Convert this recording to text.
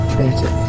better